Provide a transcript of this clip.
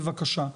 בבקשה,